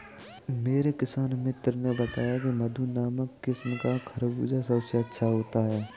मेरे किसान मित्र ने बताया की मधु नामक किस्म का खरबूजा सबसे अच्छा होता है